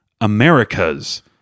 America's